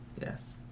Yes